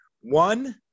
one